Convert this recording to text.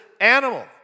animal